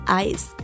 eyes